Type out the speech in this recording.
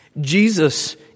Jesus